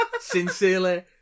Sincerely